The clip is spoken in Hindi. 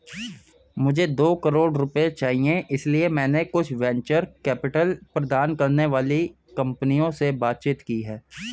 मुझे दो करोड़ रुपए चाहिए इसलिए मैंने कुछ वेंचर कैपिटल प्रदान करने वाली कंपनियों से बातचीत की है